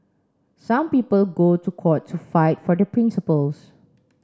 some people go to court to fight for their principles